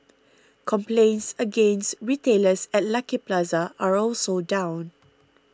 complaints against retailers at Lucky Plaza are also down